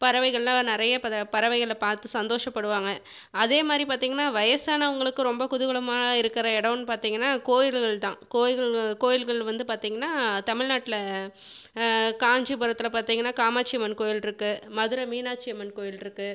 பறவைகள்லாம் நிறைய இப்போ இந்த பறவைகள் பார்த்து சந்தோஷப்படுவாங்கள் அதே மாதிரி பார்த்தீங்கனா வயசானவர்களுக்கு ரொம்ப குதுகலமாக இருக்கிற இடம்னு பார்த்தீங்கனா கோயில்கள் தான் கோயில்களும் கோயில்கள் வந்து பார்த்தீங்கனா தமிழ்நாட்டில் காஞ்சிபுரத்தில் பார்த்தீங்கனா காமாட்சி அம்மன் கோயில் இருக்குது மதுரை மீனாட்சி அம்மன் கோயில் இருக்குது